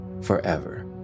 forever